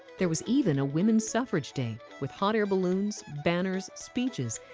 there was even a women's suffrage day, with hot air balloons, banners, speeches,